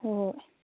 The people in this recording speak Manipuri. ꯍꯣꯏ